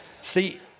See